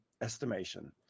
estimation